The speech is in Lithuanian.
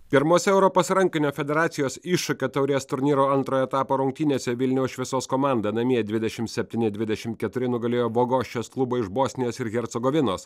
pirmose europos rankinio federacijos iššūkio taurės turnyro antrojo etapo rungtynėse vilniaus šviesos komanda namie dvidešimt septyni dvidešimt keturi nugalėjo bogoščes klubą iš bosnijos ir hercogovinos